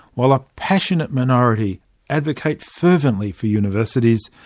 while a passionate minority advocate fervently for universities,